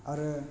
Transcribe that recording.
आरो